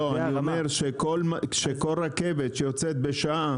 לא, אני אומר שכל רכבת שיוצאת בשעה